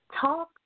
talk